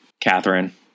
Catherine